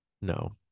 No